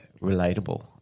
relatable